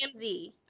TMZ